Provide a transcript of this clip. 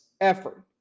effort